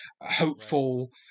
hopeful